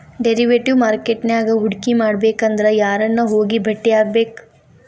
Derivative market ನ್ಯಾಗ್ ಹೂಡ್ಕಿಮಾಡ್ಬೆಕಂದ್ರ ಯಾರನ್ನ ಹೊಗಿ ಬೆಟ್ಟಿಯಾಗ್ಬೇಕ್?